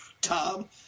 Tom